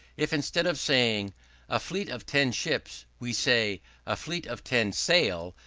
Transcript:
if, instead of saying a fleet of ten ships, we say a fleet of ten sail,